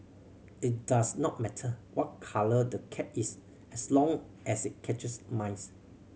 it does not matter what colour the cat is as long as it catches mice